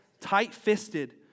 Tight-fisted